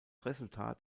resultat